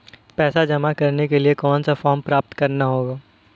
पैसा जमा करने के लिए कौन सा फॉर्म प्राप्त करना होगा?